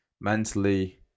mentally